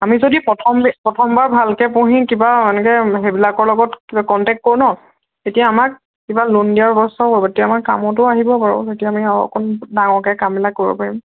আমি যদি প্ৰথম প্ৰথমবাৰ ভালকৈ পঢ়ি কিবা এনেকে সেইবিলাকৰ লগত কিবা কণ্টেক্ট কৰোঁ ন তেতিয়া আমাক কিবা লোন দিয়াৰ ব্য়ৱস্থাও হ'ব তেতিয়া আমাৰ কামতো আহিব বাৰু তেতিয়া আমি আৰু অকণ ডাঙৰকৈ কামবিলাক কৰিব পাৰিম